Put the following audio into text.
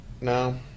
No